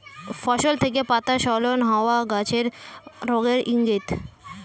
ফসল থেকে পাতা স্খলন হওয়া গাছের রোগের ইংগিত